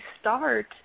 start